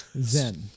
zen